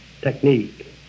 technique